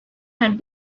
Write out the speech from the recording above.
had